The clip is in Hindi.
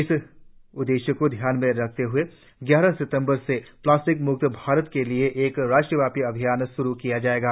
इस उद्देश्य को ध्यान में रखते हुए ग्यारह सितंबर से प्लास्टिक मुक्त भारत के लिए एक राष्ट्रव्यापी अभियान शुरु किया जाएगा